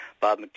Bob